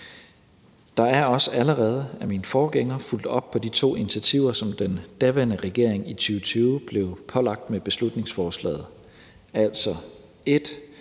Der er også allerede af mine forgængere fulgt op på de to initiativer, som den daværende regering i 2020 blev pålagt med beslutningsforslaget. Det